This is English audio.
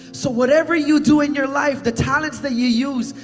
so, whatever you do in your life, the talents that you use,